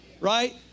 right